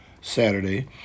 Saturday